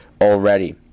already